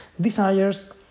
desires